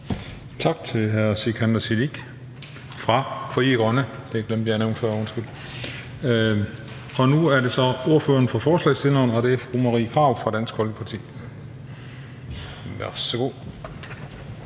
Tak til hr. Sikandar Siddique fra Frie Grønne; det glemte jeg at nævne før, undskyld. Nu er det så ordføreren for forslagsstillerne, og det er fru Marie Krarup fra Dansk Folkeparti. Værsgo.